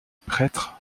prêtre